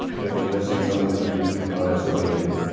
it was missing some of the key components that we needed.